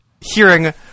hearing